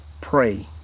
pray